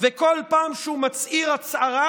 ובכל פעם שהוא מצהיר הצהרה,